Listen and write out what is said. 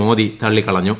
Modi തള്ളീക്കള്ഞു